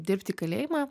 dirbti į kalėjimą